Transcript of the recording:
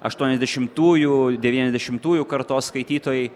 aštuoniasdešimtųjų devyniasdešimtųjų kartos skaitytojai